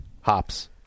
hops